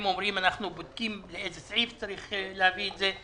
הם אומרים: אנחנו בודקים לאיזה סעיף צריך להוסיף את זה.